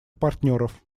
партнеров